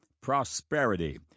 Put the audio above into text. prosperity